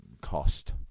cost